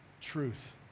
truth